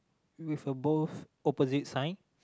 with a both opposite sign